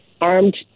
armed